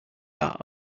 out